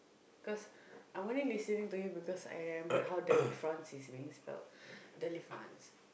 cause I'm only listening to you because I remembered delifrance is being spelled delifrance